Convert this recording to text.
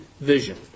vision